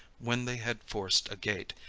when they had forced a gate,